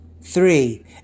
three